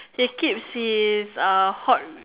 he keeps his uh hot